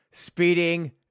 Speeding